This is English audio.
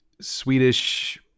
Swedish